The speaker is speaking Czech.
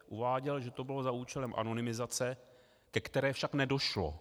Uváděl, že to bylo za účelem anonymizace, ke které však nedošlo.